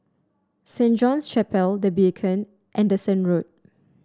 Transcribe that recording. Saint John's Chapel The Beacon and Anderson Road